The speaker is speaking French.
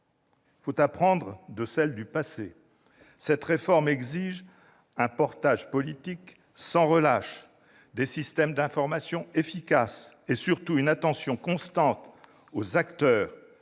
Il faut apprendre de celles du passé ! Cette réforme exige un portage politique sans relâche, des systèmes d'information efficaces et, surtout, une attention constante aux acteurs